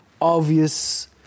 obvious